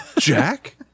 jack